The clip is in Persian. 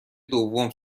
دوم